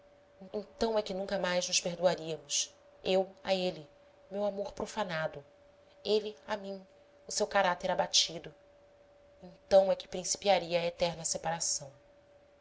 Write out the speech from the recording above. então é que nunca mais nos perdoaríamos eu a ele o meu amor profanado ele a mim o seu caráter abatido então é que principiaria a eterna separação